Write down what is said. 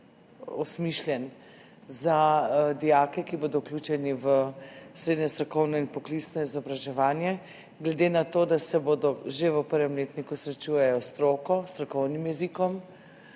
osmišljen za dijake, ki bodo vključeni v srednje strokovno in poklicno izobraževanje, glede na to, da se že v 1. letniku srečujejo s stroko, s strokovnim jezikom,